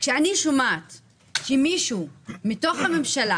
כשאני שומעת שמישהו מתוך הממשלה